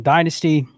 Dynasty